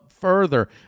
Further